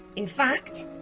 in fact.